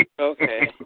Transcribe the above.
Okay